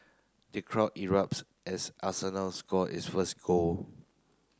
the crowd erupts as Arsenal score its first goal